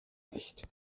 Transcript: nicht